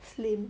slim